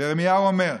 ירמיהו אמר: